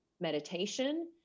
meditation